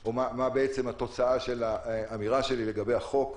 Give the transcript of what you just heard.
או מה בעצם התוצאה של האמירה שלי לגבי החוק.